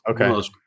okay